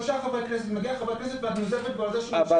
מגיע חבר כנסת ואת נוזפת בו.